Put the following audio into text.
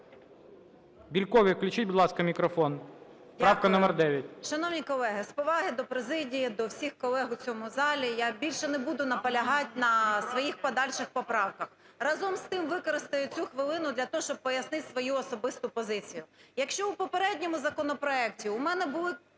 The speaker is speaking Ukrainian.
Бєльковій включіть, будь ласка, мікрофон. Правка номер 9. 16:04:56 БЄЛЬКОВА О.В. Дякую. Шановні колеги, з поваги до президії, до всіх колег у цьому залі я більше не буду наполягати на своїх подальших поправках. Разом з тим, використаю цю хвилину для того, щоб пояснити свою особисту позицію. Якщо у попередньому законопроекті у мене були,